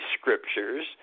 scriptures